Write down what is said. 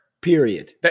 Period